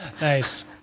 nice